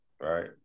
right